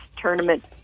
Tournament